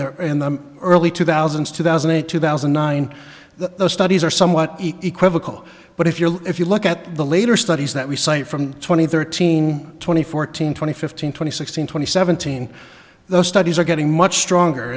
there in the early two thousand two thousand and two thousand and nine the studies are somewhat equal but if you're if you look at the later studies that we cite from twenty thirteen twenty fourteen twenty fifteen twenty sixteen twenty seventeen the studies are getting much stronger